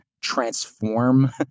transform